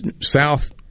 South